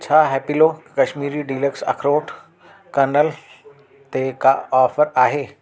छा हैप्पिलो कश्मीरी डीलक्स अखरोट कर्नल ते का ऑफर आहे